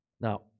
Now